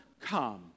come